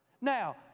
Now